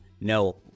No